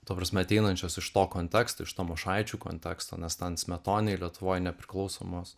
ta prasme ateinančios iš to konteksto iš tamošaičių konteksto nes ten smetoninėj lietuvoje nepriklausomos